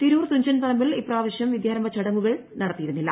തിരൂർ തുഞ്ചൻ പറമ്പിൽ ഇപ്രാവശ്യം വിദ്യാരംഭ ചടങ്ങുകൾ നടത്തുന്നില്ല